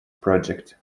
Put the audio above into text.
project